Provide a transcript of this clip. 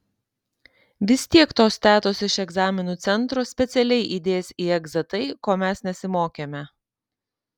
vis tiek tos tetos iš egzaminų centro specialiai įdės į egzą tai ko mes nesimokėme